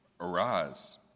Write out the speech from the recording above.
Arise